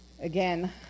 again